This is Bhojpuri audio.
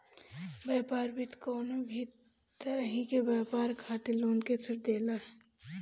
व्यापार वित्त कवनो भी तरही के व्यापार खातिर लोग के ऋण देला